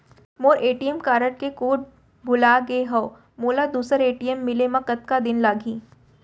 मोर ATM card के code भुला गे हव, मोला दूसर ए.टी.एम मिले म कतका दिन लागही?